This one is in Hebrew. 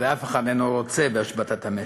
ואף אחד אינו רוצה בהשבתת המשק.